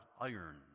iron